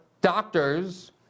doctors